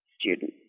student